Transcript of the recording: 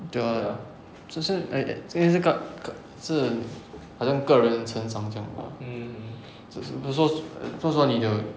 对 ah 就是 like 这些 是好像个人的成长这样 lah 就是比如说如说你的